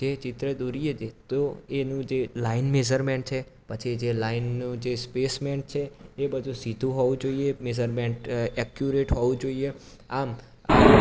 જે ચિત્ર દોરીએ છીએ તો એનું જે લાઇન મેઝરમેન્ટ છે પછી જે લાઈનનું છે સ્પેસમેન્ટ છે એ બધું સીધું હોવું જોઈએ મેઝરમેન્ટ એક્યુરેટ હોવું જોઈએ આમ આ